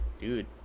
dude